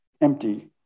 Empty